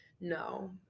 No